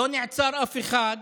לא נעצר אף אחד,